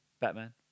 Batman